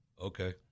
Okay